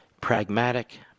pragmatic